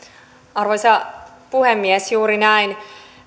arvoisa puhemies juuri näin